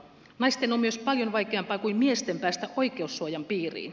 naisten on myös paljon vaikeampaa kuin miesten päästä oikeussuojan piiriin